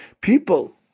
People